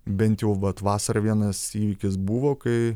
bent jau vat vasarą vienas įvykis buvo kai